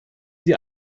sie